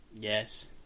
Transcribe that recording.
Yes